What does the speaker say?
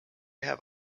have